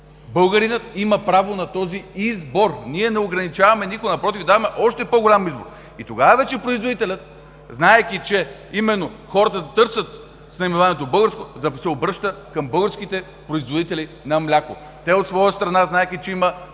българинът има право на този избор. Ние не ограничаваме никой, напротив, даваме още по-голям избор. И тогава производителят, знаейки, че именно хората търсят с наименованието „българско“, се обръща към българските производители на мляко. Те, от своя страна, знаейки, че има